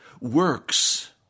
works